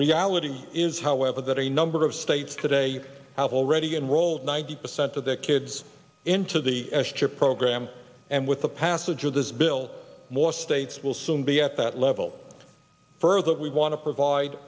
reality is however that a number of states today have already enrolled ninety percent of their kids into the s chip program and with the passage of this bill more states will soon be at that level further we want to provide